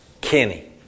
Kenny